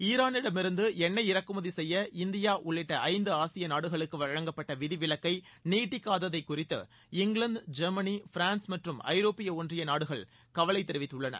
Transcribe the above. ஈரானிடமிருந்து எண்ணெய் இறக்குமதி செய்ய இந்திய உள்ளிட்ட ஐந்து ஆசிய நாடுகளுக்கு வழங்கப்பட்ட விதி விலக்கை நீட்டிக்காததை குறித்து இங்கிலாந்து ஜெர்மனி பிரான்ஸ் மற்றும் ஐரோப்பிய ஒன்றிய நாடுகள் கவலை தெரிவித்துள்ளன